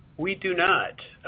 we do not.